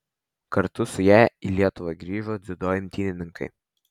kartu su ja į lietuvą grįžo dziudo imtynininkai